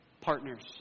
partners